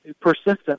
persistent